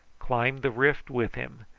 climbed the rift with him,